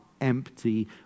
empty